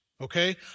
okay